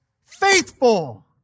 Faithful